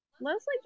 Leslie